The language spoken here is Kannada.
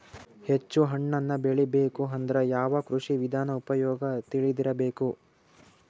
ಹೆಚ್ಚು ಹಣ್ಣನ್ನ ಬೆಳಿ ಬರಬೇಕು ಅಂದ್ರ ಯಾವ ಕೃಷಿ ವಿಧಾನ ಉಪಯೋಗ ತಿಳಿದಿರಬೇಕು?